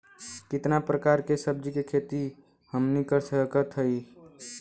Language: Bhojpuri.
कितना प्रकार के सब्जी के खेती हमनी कर सकत हई?